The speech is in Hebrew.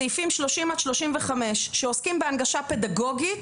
סעיפים 30 עד 35 שעוסקים בהנגשה פדגוגית,